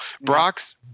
Brock's